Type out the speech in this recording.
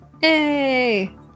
Hey